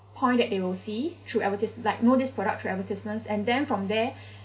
point that they will see through advertis~ like know this product through advertisements and then from there